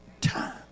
time